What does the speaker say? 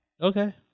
Okay